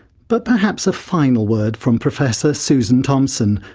but perhaps a final word from professor susan thompson,